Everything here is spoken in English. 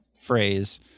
phrase